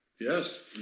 Yes